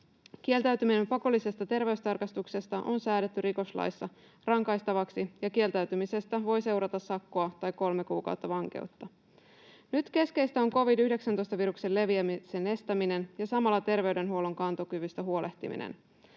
Kieltäytyminen pakollisesta terveystarkastuksesta on säädetty rikoslaissa rangaistavaksi, ja kieltäytymisestä voi seurata sakkoa tai kolme kuukautta vankeutta. Nyt keskeistä on covid-19-viruksen leviämisen estäminen ja samalla terveydenhuollon kantokyvystä huolehtiminen.